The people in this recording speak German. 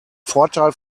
vorteil